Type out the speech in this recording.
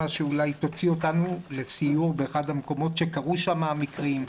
שאולי תוציא אותנו לסיור באחד המקומות שקרו בהם תאונות,